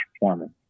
performance